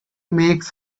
makes